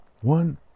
one